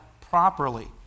properly